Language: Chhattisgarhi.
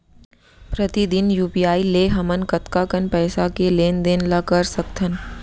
प्रतिदन यू.पी.आई ले हमन कतका कन पइसा के लेन देन ल कर सकथन?